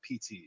PT